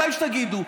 מתי שתגידו.